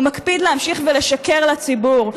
הוא מקפיד להמשיך ולשקר לציבור,